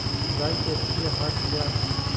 गाय के अच्छी आहार किया है?